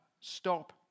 stop